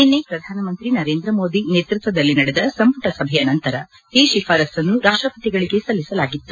ನಿನ್ನೆ ಪ್ರಧಾನಮಂತ್ರಿ ನರೇಂದ್ರಮೋದಿ ನೇತೃತ್ವದಲ್ಲಿ ನಡೆದ ಸಂಪುಟ ಸಭೆಯ ನಂತರ ಈ ಶಿಫಾರಸ್ಸನ್ನು ರಾಷ್ಷಪತಿಗಳಿಗೆ ಸಲ್ಲಿಸಲಾಗಿತ್ತು